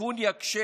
התיקון יקשה